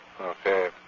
Okay